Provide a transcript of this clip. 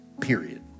period